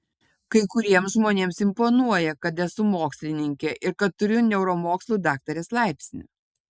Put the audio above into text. kai kuriems žmonėms imponuoja kad esu mokslininkė ir kad turiu neuromokslų daktarės laipsnį